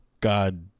God